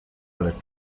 ale